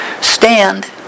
stand